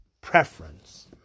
preference